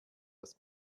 das